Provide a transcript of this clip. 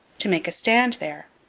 to make a stand there.